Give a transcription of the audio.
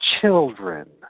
children